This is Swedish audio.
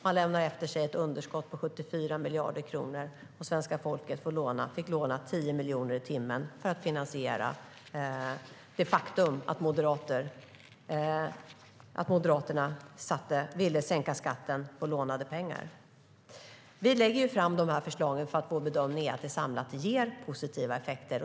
Man lämnar efter sig ett underskott på 74 miljarder kronor, och svenska folket fick låna 10 miljoner i timmen för att finansiera det faktum att Moderaterna ville sänka skatten med lånade pengar. Vi lägger fram förslagen därför att vår bedömning är att de samlat ger positiva effekter.